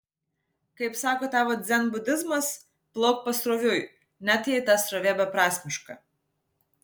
kaip sako tavo dzenbudizmas plauk pasroviui net jei ta srovė beprasmiška